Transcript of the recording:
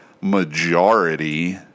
majority